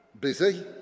busy